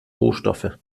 rohstoffe